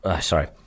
Sorry